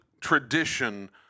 tradition